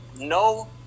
no